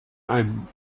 einem